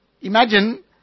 Imagine